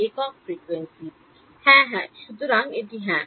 একক ফ্রিকোয়েন্সি হ্যাঁ হ্যাঁ সুতরাং এটি হ্যাঁ